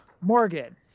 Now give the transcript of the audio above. Morgan